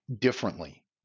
differently